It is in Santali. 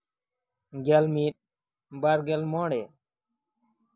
ᱜᱮᱞ ᱢᱤᱫ ᱵᱟᱨ ᱜᱮᱞ ᱢᱚᱬᱮ